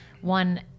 one